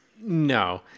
no